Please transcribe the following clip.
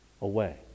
away